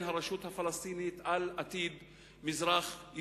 הרשות הפלסטינית על עתיד מזרח-ירושלים.